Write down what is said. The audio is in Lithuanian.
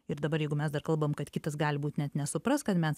ir dabar jeigu mes dar kalbam kad kitas gali būt net nesupras kad mes